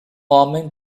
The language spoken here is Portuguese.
homem